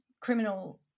criminal